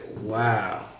wow